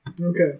Okay